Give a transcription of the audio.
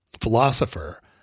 philosopher